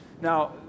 Now